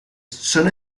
son